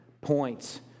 points